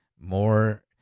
more